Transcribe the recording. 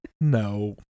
No